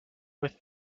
with